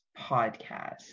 podcast